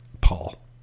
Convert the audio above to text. Paul